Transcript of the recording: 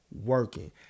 working